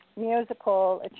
musical